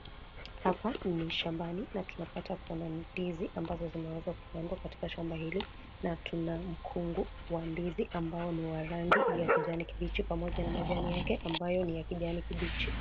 Hapa ni shambani na tunapata kuona ndizi ambazo zimeweza kupandwa katika shamba hili. Na tuna mkungu wa ndizi ambao ni wa rangi ya kijani kibichi pamoja na majani yake ambayo ni kijani kibichi.